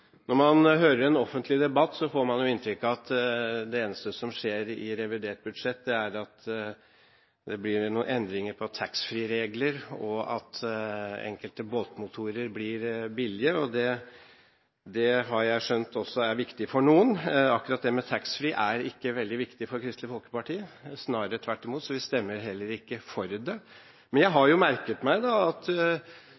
Når man hører den offentlige debatt, får man inntrykk av at det eneste som skjer i revidert budsjett, er at det blir noen endringer i taxfree-regler, og at enkelte båtmotorer blir billige. Det har jeg skjønt er viktig for noen. Akkurat det med taxfree er ikke veldig viktig for Kristelig Folkeparti, snarere tvert imot, så det stemmer vi heller ikke for. Men jeg